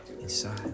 inside